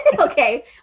Okay